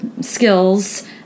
skills